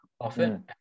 often